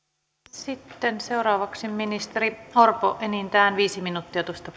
sitten seuraavaksi ministeri orpo enintään viisi minuuttia tuosta